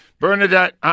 Bernadette